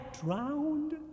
drowned